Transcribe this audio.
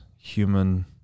human